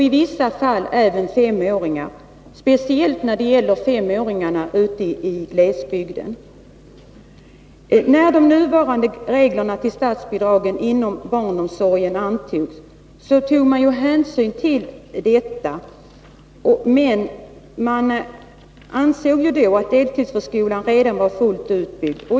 I vissa fall — speciellt i glesbygden — gäller det också femåringarna. När de nuvarande reglerna för statsbidrag inom barnomsorgen antogs, tog man hänsyn till detta. Men man ansåg då att deltidsförskolan redan var fullt utbyggd.